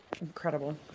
Incredible